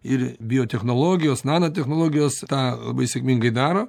ir biotechnologijos nanotechnologijos tą labai sėkmingai daro